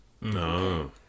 No